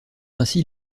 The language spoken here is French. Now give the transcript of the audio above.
ainsi